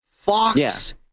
Fox